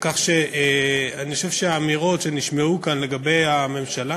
כך שאני חושב שהאמירות שנשמעו כאן לגבי הממשלה,